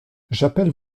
j’appelle